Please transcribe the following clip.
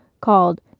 called